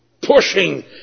pushing